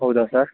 ಹೌದ ಸರ್